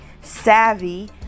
savvy